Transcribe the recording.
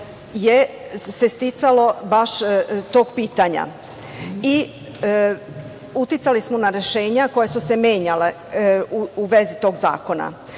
se ticalo baš tog pitanja. Uticali smo na rešenja koja su se menjala, u vezi tog zakona. Na